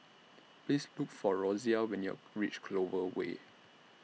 Please Look For Rosia when YOU REACH Clover Way